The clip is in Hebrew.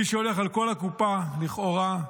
מי שהולך על כל הקופה, לכאורה,